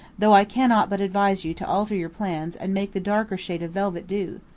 though i cannot but advise you to alter your plans and make the darker shade of velvet do.